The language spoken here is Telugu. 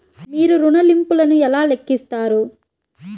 మీరు ఋణ ల్లింపులను ఎలా లెక్కిస్తారు?